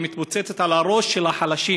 היא מתפוצצת על הראש של החלשים,